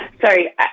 Sorry